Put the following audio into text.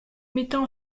mettant